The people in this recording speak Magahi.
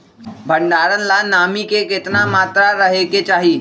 भंडारण ला नामी के केतना मात्रा राहेके चाही?